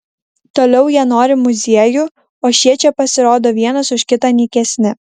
toliau jie nori muziejų o šie čia pasirodo vienas už kitą nykesni